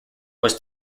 was